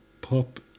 Pop